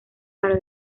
para